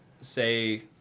say